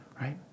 right